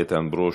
איתן ברושי,